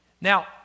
Now